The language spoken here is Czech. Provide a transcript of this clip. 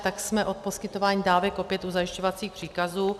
Tak jsme od poskytování dávek opět u zajišťovacích příkazů.